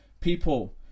People